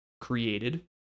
created